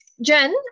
Jen